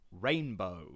rainbow